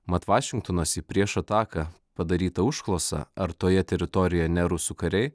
mat vašingtonas į priešų ataką padarytą užklausą ar toje teritorijoje ne rusų kariai